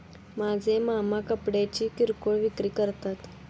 माझे मामा कपड्यांची किरकोळ विक्री करतात